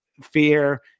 fear